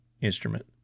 instrument